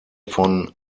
von